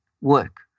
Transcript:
work